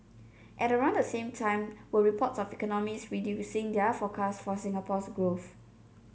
at around the same time were reports of economists reducing their forecast for Singapore's growth